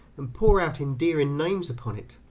and pour out endearing names upon it.